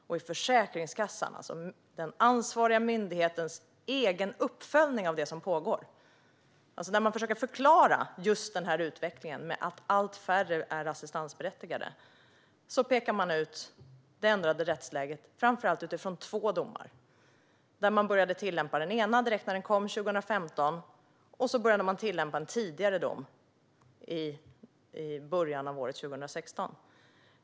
I den ansvariga myndigheten Försäkringskassans egen uppföljning av det som pågår - när myndigheten försöker att förklara utvecklingen mot att allt färre är assistansberättigade - pekar man ut det ändrade rättsläget framför allt utifrån två domar. En av dem började man att tillämpa direkt när den kom 2015, och i början av 2016 började man att tillämpa en annan, tidigare dom.